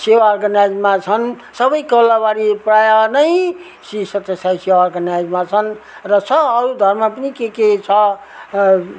सेवा अर्गनाइजमा छन् सबै कोलाबरी प्राय नै श्री सत्य साई अर्गनाइजमा छन् र छ अरू धर्महरू पनि के के छ